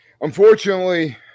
unfortunately